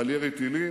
על ירי טילים,